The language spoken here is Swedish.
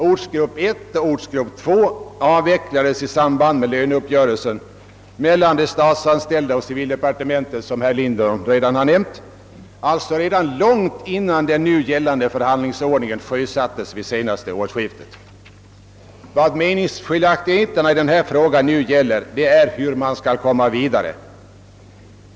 Ortsgrupperna 1 och 2 avvecklades, som herr Lindholm redan nämnt, i samband med löneuppgörelsen mellan de statsanställda och civildepartementet, alltså långt innan den nu gällande förhandlingsordningen sjösattes vid det senaste årsskiftet. Vad meningsskiljaktigheterna i denna fråga nu gäller är hur man skall komma vidare.